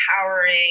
empowering